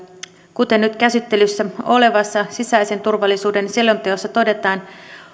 kuten nyt käsittelyssä olevassa sisäisen turvallisuuden selonteossa todetaan